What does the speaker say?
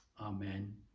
Amen